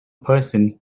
person